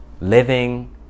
living